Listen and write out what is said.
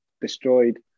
destroyed